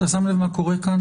אתה שם לב מה קורה כאן?